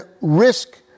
risk